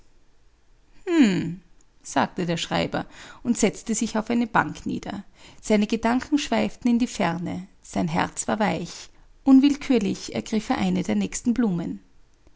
sagte der schreiber und setzte sich auf eine bank nieder seine gedanken schweiften in die ferne sein herz war weich unwillkürlich ergriff er eine der nächsten blumen